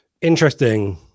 Interesting